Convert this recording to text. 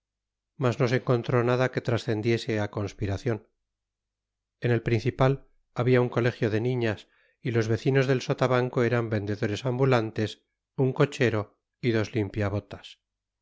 no se encontró nada que transcendiese a conspiración en el principal había un colegio de niñas y los vecinos del sotabanco eran vendedores ambulantes un cochero y dos limpiabotas